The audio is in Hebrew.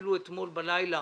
אפילו אתמול בלילה,